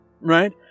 right